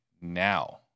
now